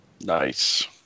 Nice